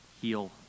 heal